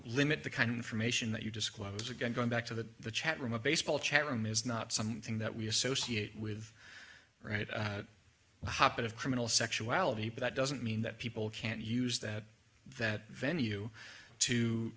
limit the kind of information that you disclose again going back to the chat room a baseball chat room is not something that we associate with right hoppin of criminal sexuality but that doesn't mean that people can't use that that venue to